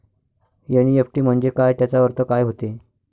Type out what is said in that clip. NEFT म्हंजे काय, त्याचा अर्थ काय होते?